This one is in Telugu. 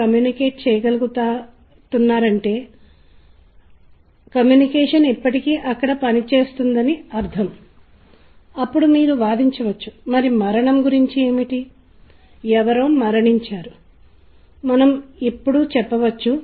కాబట్టి కొన్ని సంగీత భాగాలు కొన్ని సంగీత విధానాలు కొన్ని విషయాలకు అనుకూలంగా ఉంటాయి అనే వాస్తవం మనం గుర్తింపు కోసం తీసుకున్న విషయం